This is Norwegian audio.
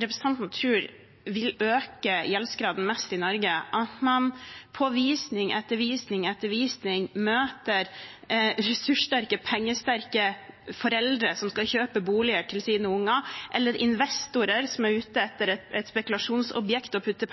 representanten tror vil øke gjeldsgraden mest i Norge? Er det at man på visning etter visning etter visning møter ressurssterke, pengesterke foreldre som skal kjøpe boliger til sine barn, eller investorer som er ute etter et spekulasjonsobjekt å putte